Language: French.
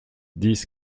dix